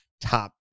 top